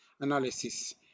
analysis